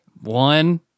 One